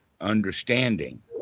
understanding